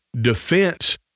defense